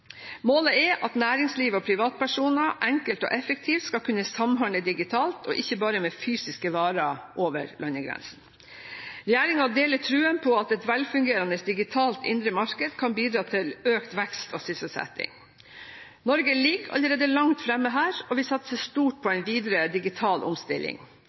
Målet er at næringsliv og privatpersoner enkelt og effektivt skal kunne samhandle digitalt – og ikke bare med fysiske varer – over landegrensene. Regjeringen deler troen på at et velfungerende digitalt indre marked kan bidra til økt vekst og sysselsetting. Norge ligger allerede langt fremme her, og vi satser stort på en videre digital omstilling.